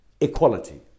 equality